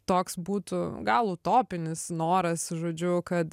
toks būtų gal utopinis noras žodžiu kad